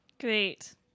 Great